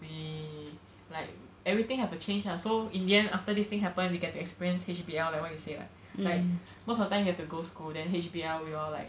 we like everything have to change lah so in the end after this thing happened we get to experience H_B_L like what you say ah like most of the time you have to go school then H_B_L we all like